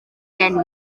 gen